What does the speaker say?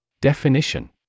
Definition